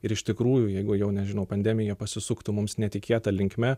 ir iš tikrųjų jeigu jau nežinau pandemija pasisuktų mums netikėta linkme